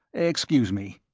excuse me.